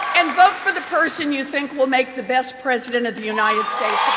and vote for the person you think will make the best president of the united states yeah